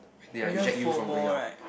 just for more right